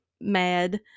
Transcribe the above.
mad